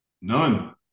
None